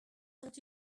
sont